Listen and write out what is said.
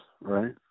right